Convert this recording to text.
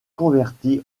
converti